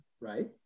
right